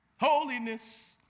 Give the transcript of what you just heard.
Holiness